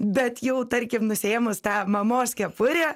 bet jau tarkim nusiėmus tą mamos kepurę